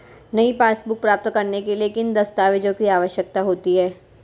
नई पासबुक प्राप्त करने के लिए किन दस्तावेज़ों की आवश्यकता होती है?